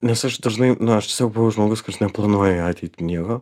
nes aš dažnai nu aš tiesiog buvau žmogus kuris neplanuoja į ateitį nieko